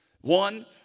One